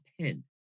pen